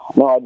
no